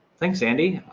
thanks andy.